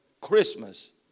Christmas